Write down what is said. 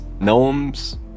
gnomes